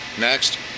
Next